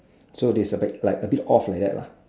so this is the bag like a bit off like that